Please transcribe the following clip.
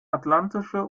atlantische